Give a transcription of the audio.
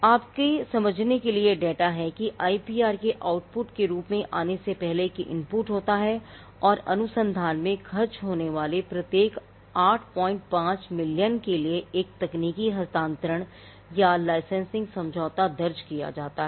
आपके समझने के लिए यह डेटा है कि आईपीआर के आउटपुट के रूप में आने से पहले एक इनपुट होता है और अनुसंधान में खर्च होने वाले प्रत्येक 85 मिलियन के लिए एक तकनीकी हस्तांतरण या लाइसेंसिंग समझौता दर्ज किया जाता है